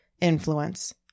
influence